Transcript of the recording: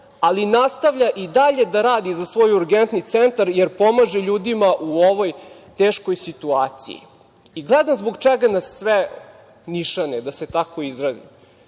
ali nastavlja i dalje da radi za svoj urgentni centar jer pomaže ljudima u ovoj teškoj situaciji? Gledam zbog čega nas sve "nišane", da se tako izrazim. Spomenuo